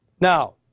Now